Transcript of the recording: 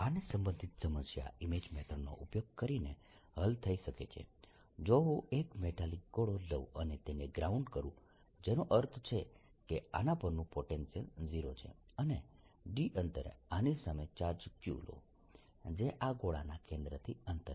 આને સંબંધિત સમસ્યા ઇમેજ મેથડનો ઉપયોગ કરીને હલ થઈ શકે છે જો હું એક મેટાલિક ગોળો લઉં અને તેને ગ્રાઉન્ડ કરૂ જેનો અર્થ છે કે આના પરનું પોટેન્શિયલ 0 છે અને d અંતરે આની સામે ચાર્જ q લો જે આ ગોળાના કેન્દ્રથી અંતર છે